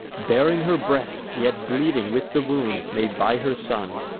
baring her breast, yet bleeding with the wound made by her son.